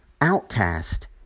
outcast